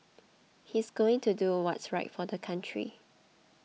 he's going to do what's right for the country